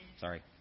sorry